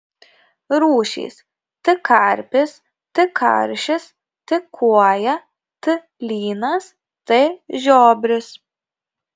rūšys t karpis t karšis t kuoja t lynas t žiobris